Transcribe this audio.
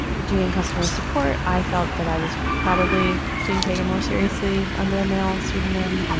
doing customer support. i felt that i was probably being taken more seriously. under a male pseudonym.